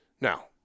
Now